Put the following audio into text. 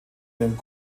den